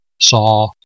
saw